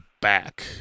back